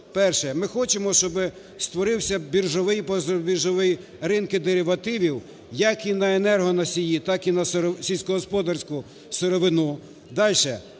Ми хочемо, щоб створився біржові і позабіржові ринки деривативів як і на енергоносії, так і на сільськогосподарську сировину.